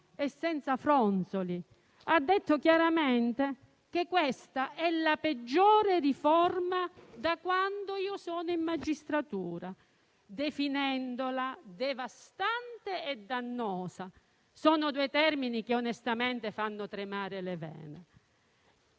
e senza fronzoli, dicendo chiaramente che è la peggiore riforma da quando è in magistratura e definendola devastante e dannosa. Si tratta di due termini che onestamente fanno tremare le vene.